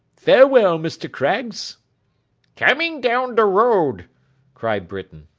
farewell, mr. craggs coming down the road cried britain.